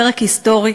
פרק היסטורי,